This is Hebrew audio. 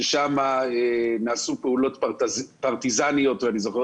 שם נעשו פעולות פרטיזניות ואני זוכר